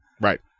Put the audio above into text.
Right